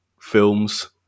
films